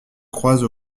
croisent